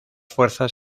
fuerzas